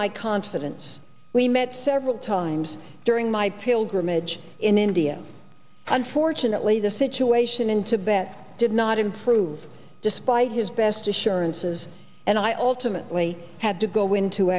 my confidence we met several times during my pilgrimage in india unfortunately the situation in tibet did not improve despite his best assurances and i ultimately had to go into